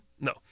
No